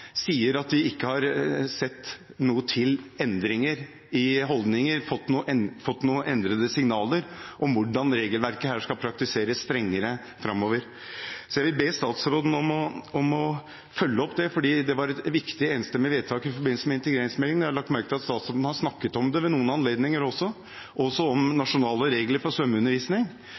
sett noe til endringer i holdninger, at de ikke har fått noen endrede signaler om hvordan regelverket her skal praktiseres strengere framover. Så jeg vil be statsråden om å følge opp det, fordi det var et viktig, enstemmig vedtak i forbindelse med integreringsmeldingen. Jeg har lagt merke til at statsråden har snakket om det ved noen anledninger, også om nasjonale regler for